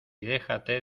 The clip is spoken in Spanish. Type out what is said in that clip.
déjate